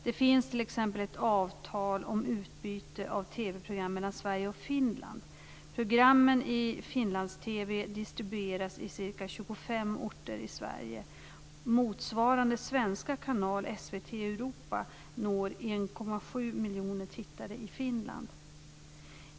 Det finns t.ex. ett avtal om utbyte av TV-program mellan Sverige och Finland. Programmen i Finlands TV distribueras i ca 25 orter i Sverige. Motsvarande svenska kanal, SVT Europa, når 1,7 miljoner tittare i Finland.